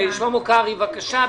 שלמה קרעי, בבקשה.